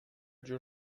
جور